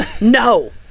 No